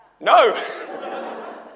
no